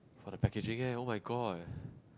for the packaging eh oh-my-god